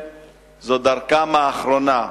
שזו דרכם האחרונה.